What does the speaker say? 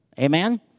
Amen